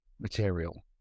material